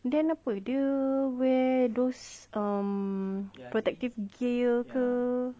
then apa dia wear those um protective gear